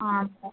ആ ഓ